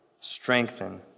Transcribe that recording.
strengthen